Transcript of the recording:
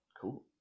Cool